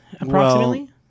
approximately